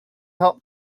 help